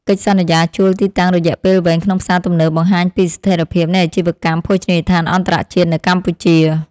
កិច្ចសន្យាជួលទីតាំងរយៈពេលវែងក្នុងផ្សារទំនើបបង្ហាញពីស្ថិរភាពនៃអាជីវកម្មភោជនីយដ្ឋានអន្តរជាតិនៅកម្ពុជា។